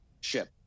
ship